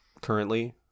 currently